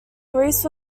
greece